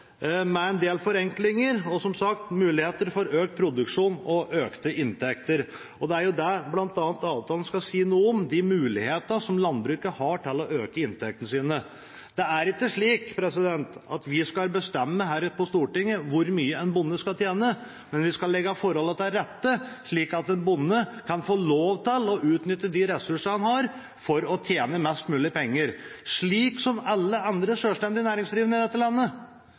med en del forenklinger og, som sagt, muligheter for økt produksjon og økte inntekter, og det er jo bl.a. det avtalen skal si noe om, de mulighetene som landbruket har til å øke inntektene sine. Det er ikke slik at vi skal bestemme her på Stortinget hvor mye en bonde skal tjene, men vi skal legge forholdene til rette slik at en bonde kan få lov til å utnytte de ressursene han har, for å tjene mest mulig penger, slik som alle andre sjølstendig næringsdrivende i dette landet.